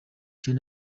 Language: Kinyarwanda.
gen